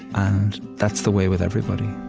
and that's the way with everybody